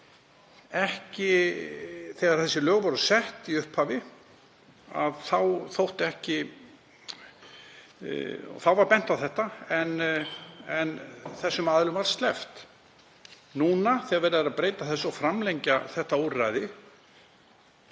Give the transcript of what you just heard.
Þegar þessi lög voru sett í upphafi þá var bent á þetta en þeim aðilum var sleppt. Núna þegar verið er að breyta þessu og framlengja þetta úrræði,